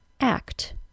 act